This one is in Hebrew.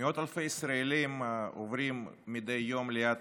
מאות אלפי ישראלים עוברים מדי יום ליד